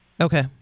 Okay